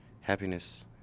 happiness